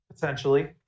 Potentially